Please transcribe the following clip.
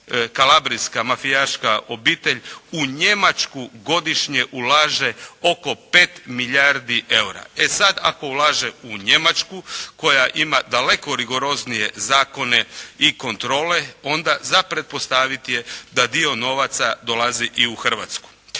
kalabrijska mafijaška obitelj u Njemačku godišnje ulaže oko 5 milijardi eura. E sada ako ulaže u Njemačku koja ima daleko rigoroznije zakone i kontrole, onda za pretpostaviti je da dio novaca dolazi i u Hrvatsku.